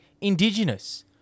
Indigenous